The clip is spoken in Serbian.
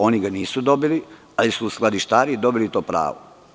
Oni ga nisu dobili, ali su skladištari dobili to pravo.